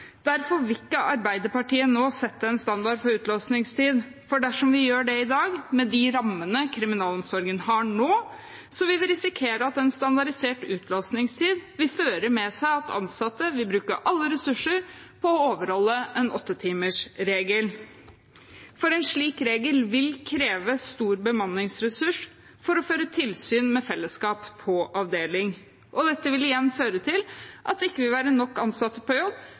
Derfor vil ikke Arbeiderpartiet nå sette en standard for utlåsingstid, for dersom vi gjør det i dag, med de rammene kriminalomsorgen har nå, vil vi risikere at en standardisert utlåsingstid vil føre med seg at ansatte vil bruke alle ressurser på å overholde en åttetimersregel. En slik regel vil kreve store bemanningsressurser for å føre tilsyn med fellesskapet på avdelingene. Dette vil igjen føre til at det ikke vil være nok ansatte på jobb